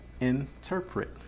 interpret